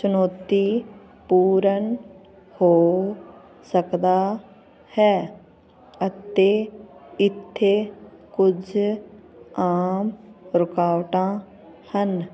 ਚੁਣੌਤੀਪੂਰਨ ਹੋ ਸਕਦਾ ਹੈ ਅਤੇ ਇੱਥੇ ਕੁਝ ਆਮ ਰੁਕਾਵਟਾਂ ਹਨ